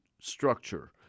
Structure